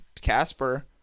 Casper